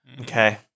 Okay